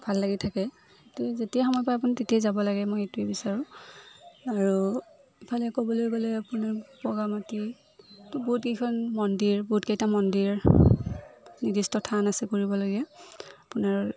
ভাল লাগি থাকে যেতিয়াই সময় পায় আপুনি তেতিয়াই যাব লাগে মই এইটোৱেই বিচাৰোঁ আৰু ইফালে ক'বলৈ গ'লে আপোনাৰ বগামাটি বহুতকেইখন মন্দিৰ বহুতকেইটা মন্দিৰ নিৰ্দিষ্ট থান আছে ঘূৰিবলাগীয়া আপোনাৰ